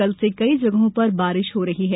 कल से कई जगहों पर बारिष हो रही है